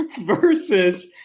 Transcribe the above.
versus